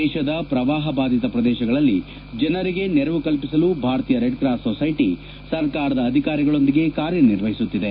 ದೇಶದ ಶ್ರವಾಹ ಬಾಧಿತ ಶ್ರದೇಶಗಳಲ್ಲಿ ಜನರಿಗೆ ನೆರವು ಕಲ್ಪಿಸಲು ಭಾರತೀಯ ರೆಡ್ ಕ್ರಾಸ್ ಸೊಸ್ಟೆಟಿ ಸರ್ಕಾರದ ಅಧಿಕಾರಿಗಳೊಂದಿಗೆ ಕಾರ್ಯನಿರ್ವಹಿಸುತ್ತಿದೆ